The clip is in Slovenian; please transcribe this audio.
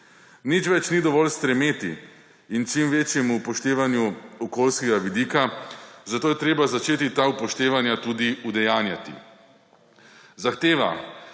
Nič več ni dovolj stremeti k čim večjemu upoštevanju okoljskega vidika, zato je treba ta upoštevanja tudi udejanjati. Zahteva,